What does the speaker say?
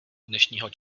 dnešního